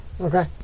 Okay